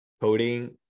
coding